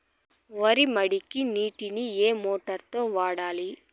వరి మడికి నీటిని ఏ మోటారు తో వాడాలి?